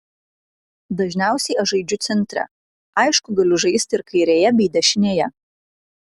dažniausiai aš žaidžiu centre aišku galiu žaisti ir kairėje bei dešinėje